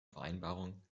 vereinbarungen